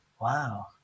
wow